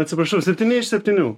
atsiprašau septyni iš septynių